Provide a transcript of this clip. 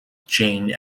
jane